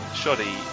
shoddy